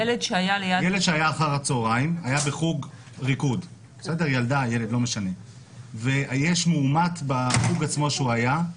ילד שהיה אחר הצהריים בחוג ריקוד ויש מאומת בחוג שהוא היה,